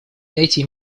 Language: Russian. эти